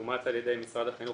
שאומץ לשמחתנו על-ידי משרד החינוך